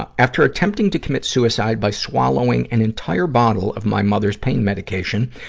ah after attempting to commit suicide by swallowing an entire bottle of my mother's pain medication,